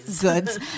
Goods